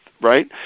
right